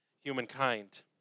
humankind